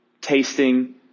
tasting